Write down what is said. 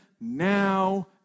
now